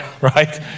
right